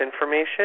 information